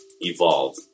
evolve